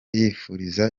yifuriza